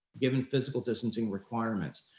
given physical distancing requirements,